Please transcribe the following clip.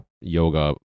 yoga